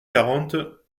quarante